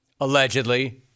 allegedly